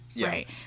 Right